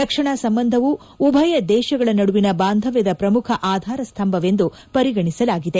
ರಕ್ಷಣಾ ಸಂಬಂಧವು ಉಭಯ ದೇಶಗಳ ನಡುವಿನ ಬಾಂಧವ್ಯದ ಪ್ರಮುಖ ಆಧಾರಸ್ತಂಭವೆಂದು ಪರಿಗಣಿಸಲಾಗಿದೆ